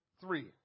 three